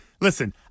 Listen